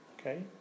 okay